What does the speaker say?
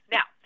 Now